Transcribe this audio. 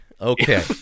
okay